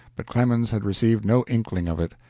but clemens had received no inkling of it,